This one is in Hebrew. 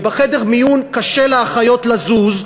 ובחדר מיון קשה לאחיות לזוז,